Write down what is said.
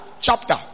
chapter